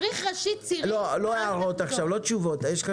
אם יש לך